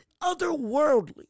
Otherworldly